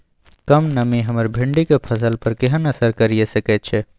कम नमी हमर भिंडी के फसल पर केहन असर करिये सकेत छै?